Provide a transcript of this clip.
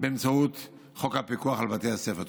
באמצעות חוק הפיקוח על בתי הספר.